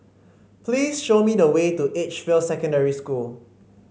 please show me the way to Edgefield Secondary School